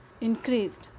increased